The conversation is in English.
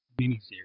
miniseries